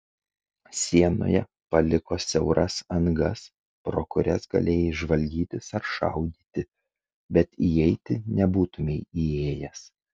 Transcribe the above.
sienoje paliko siauras angas pro kurias galėjai žvalgytis ar šaudyti bet įeiti nebūtumei įėjęs